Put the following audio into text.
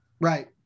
Right